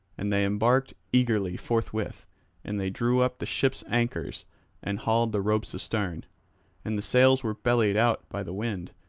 and they embarked eagerly forthwith and they drew up the ship's anchors and hauled the ropes astern. and the sails were bellied out by the wind,